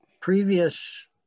previous